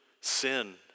sin